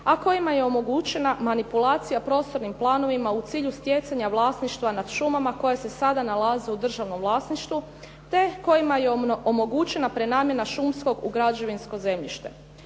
a kojima je omogućena manipulacija prostornim planovima u cilju stjecanja vlasništva nad šumama koje se sada nalaze u državnom vlasništvu te kojima je omogućena prenamjena šumskog u građevinsko zemljište.